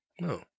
No